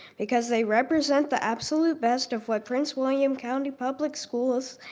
because they represent the absolute best of what prince william county public schools,